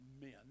men